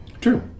True